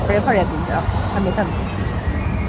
ꯐꯔꯦ ꯐꯔꯦ ꯑꯗꯨꯗꯤ ꯑꯥ ꯊꯝꯃꯦ ꯊꯝꯃꯦ ꯎꯝ